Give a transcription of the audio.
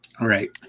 Right